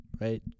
right